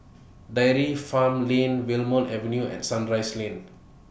Dairy Farm Lane Wilmonar Avenue and Sunrise Lane